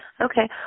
Okay